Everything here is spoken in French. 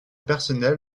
personnel